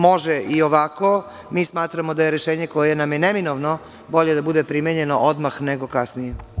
Može i ovako, ali mi smatramo da rešenje koje nam je neminovno bolje da bude primenjeno odmah nego kasnije.